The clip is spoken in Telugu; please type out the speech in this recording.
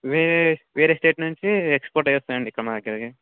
వేరే వేరే స్టేట్ నుంచి ఎక్స్పోర్ట్ అయ్యి వస్తాయండి ఇక్కడ మన దగ్గరకి